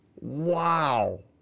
Wow